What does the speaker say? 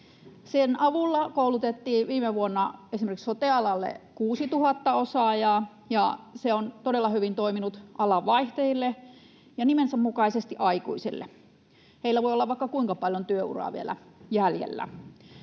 Sen avulla koulutettiin viime vuonna esimerkiksi sote-alalle 6 000 osaajaa, ja se on todella hyvin toiminut alanvaihtajille ja nimensä mukaisesti aikuisille — heillä voi olla vaikka kuinka paljon työuraa vielä jäljellä.